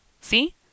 See